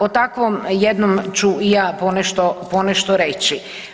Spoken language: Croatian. O takvom jednom ću i ja ponešto reći.